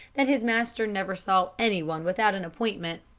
that his master never saw anyone without an appointment.